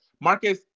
Marcus